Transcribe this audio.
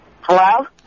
Hello